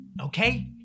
okay